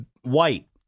White